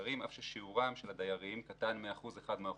מהנפטרים אף ששיעורם של הדיירים קטן מ-1% מהאוכלוסייה.